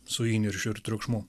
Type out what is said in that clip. su įniršiu ir triukšmu